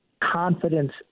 Confidence